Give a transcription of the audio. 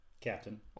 Captain